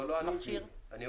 לא ענית לי.